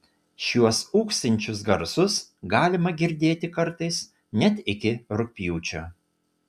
šiuos ūksinčius garsus galima girdėti kartais net iki rugpjūčio